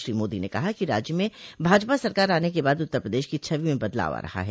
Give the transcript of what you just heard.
श्री मोदी ने कहा कि राज्य में भाजपा सरकार आने के बाद उत्तर प्रदेश की छवि में बदलाव आ रहा है